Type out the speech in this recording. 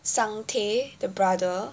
sang tae the brother